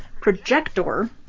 projector